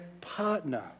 partner